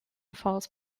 false